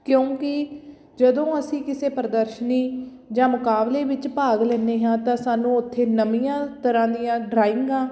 ਕਿਉਂਕਿ ਜਦੋਂ ਅਸੀਂ ਕਿਸੇ ਪ੍ਰਦਰਸ਼ਨੀ ਜਾਂ ਮੁਕਾਬਲੇ ਵਿੱਚ ਭਾਗ ਲੈਦੇ ਹਾਂ ਤਾਂ ਸਾਨੂੰ ਉੱਥੇ ਨਵੀਆਂ ਤਰ੍ਹਾਂ ਦੀਆਂ ਡਰਾਇੰਗਾਂ